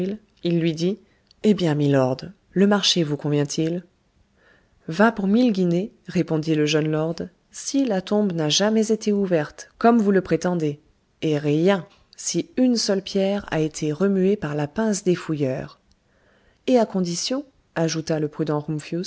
il lui dit eh bien milord le marché vous convient-il va pour mille guinées répondit le jeune lord si la tombe n'a jamais été ouverte comme vous le prétendez et rien si une seule pierre a été remuée par la pince des fouilleurs et à condition ajouta le prudent